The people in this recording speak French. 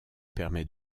permet